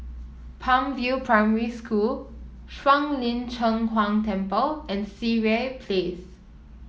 Palm View Primary School Shuang Lin Cheng Huang Temple and Sireh Place